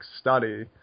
study